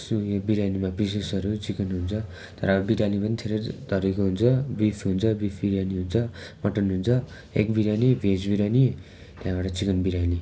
so यो बिरयानीमा पिसेसहरू चिकन हुन्छ तर बिरयानी पनि घेरै थरिको हुन्छ बिफ हुन्छ बिफ विरयानी हुन्छ मटन हुन्छ एग विरयानी भेज विरयानी त्यहाँबाट चिकन बिरयानी